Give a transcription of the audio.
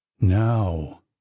now